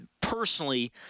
personally